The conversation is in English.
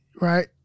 Right